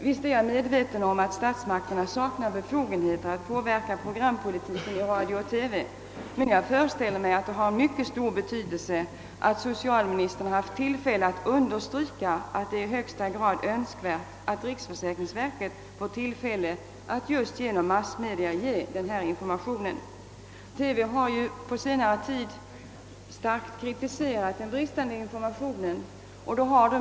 Visst är jag medveten om att statsmakterna saknar befogenheter att påverka programpolitiken i radio och TV, men jag föreställer mig att det har mycket stor betydelse att socialministern här haft tillfälle understryka att det är i högsta grad önskvärt att riksförsäkringsverket just genom massmedia kan ge informationen beträffande sjukförsäkringsreformen, TV har ju på senare tid starkt kritiserat den bristande informationen från myndigheternas sida.